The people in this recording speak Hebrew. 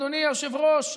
אדוני היושב-ראש,